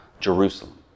Jerusalem